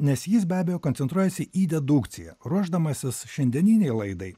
nes jis be abejo koncentruojasi į dedukciją ruošdamasis šiandieninei laidai